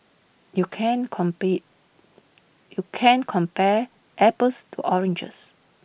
you can't complete you can't compare apples to oranges